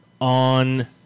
on